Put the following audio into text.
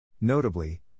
Notably